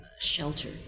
shelter